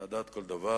לדעת כל דבר